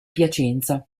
piacenza